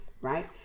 right